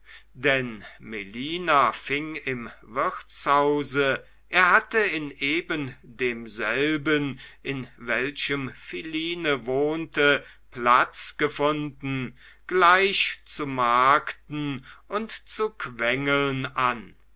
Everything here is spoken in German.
denn melina fing im wirtshause er hatte in ebendemselben in welchem philine wohnte platz gefunden gleich zu markten und zu quengeln an